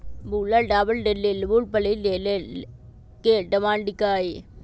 भूरा चावल के तेल मूंगफली के तेल के समान दिखा हई